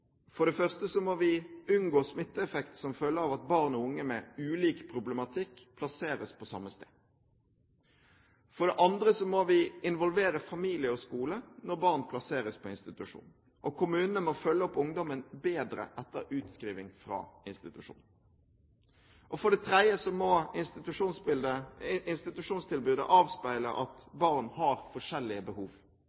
For det første må vi unngå smitteeffekt som følge av at barn og unge med ulik problematikk plasseres på samme sted. For det andre må vi involvere familie og skole når barn plasseres på institusjon, og kommunene må følge opp ungdommen bedre etter utskriving fra institusjon. For det tredje må institusjonstilbudet avspeile at